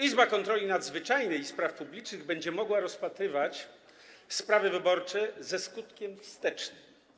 Izba Kontroli Nadzwyczajnej i Spraw Publicznych będzie mogła rozpatrywać sprawy wyborcze ze skutkiem wstecznym.